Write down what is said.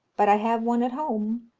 but i have one at home